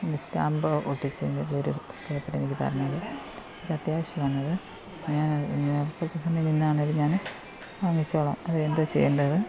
ഈ സ്റ്റാമ്പ് ഒട്ടിച്ചതിൻ്റെ ഒരു പേപ്പറെനിക്ക് തരണത് എനിക്കത്യാവശ്യമാണത് ഞാൻ ഞാൻ കുറച്ച് സമയം നിന്നാണെങ്കിലും ഞാൻ വാങ്ങിച്ചുകൊളളാം അത് എന്താ ചെയ്യേണ്ടത്